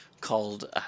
called